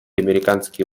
американские